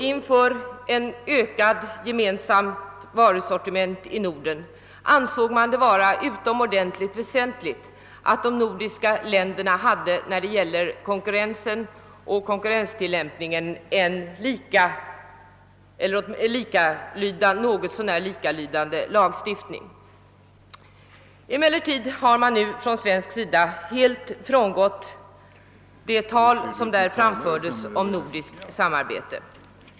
Inför ett ökat gemensamt varusortiment i Norden ansåg man det vara utomordentligt väsentligt att de nordiska länderna när det gällde konkurrensen och konkurrenstillämpningen hade en något så när likartad lagstiftning. Nu har man emellertid från svensk sida helt frångått de utfästelser som då gjordes om nordiskt samarbete.